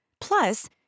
Plus